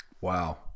Wow